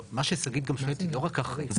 לא, מה ששגית גם שואלת לא רק אחרי.